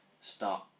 start